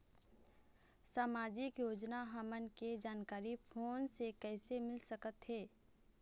सामाजिक योजना हमन के जानकारी फोन से कइसे मिल सकत हे?